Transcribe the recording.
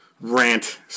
rant